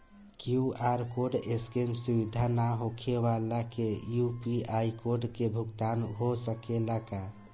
QR code scan सुविधा ना होखे वाला के यू.पी.आई कोड से भुगतान हो सकेला का?